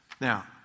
Now